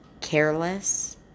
careless